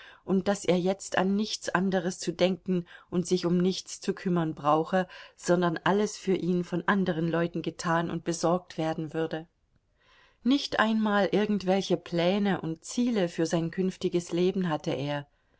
und daß er jetzt an nichts anderes zu denken und sich um nichts zu kümmern brauche sondern alles für ihn von anderen leuten getan und besorgt werden würde nicht einmal irgendwelche pläne und ziele für sein künftiges leben hatte er